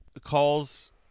calls